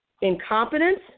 incompetence